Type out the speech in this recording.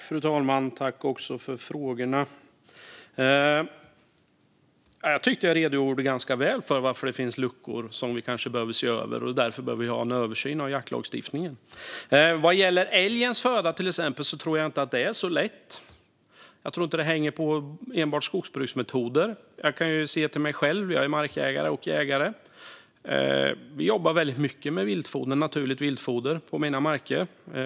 Fru talman! Jag tackar för frågorna. Jag tycker att jag redogjorde ganska väl för varför det finns luckor som vi kanske behöver se över och som gör att vi behöver en översyn av jaktlagstiftningen. Vad gäller älgens föda, till exempel, tror jag inte att det är så lätt. Jag tror inte att det enbart hänger på skogsbruksmetoder. Jag kan se till mig själv - jag är markägare och jägare. Vi jobbar väldigt mycket med naturligt viltfoder på mina marker.